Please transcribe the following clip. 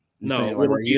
No